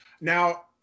now